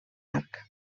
arc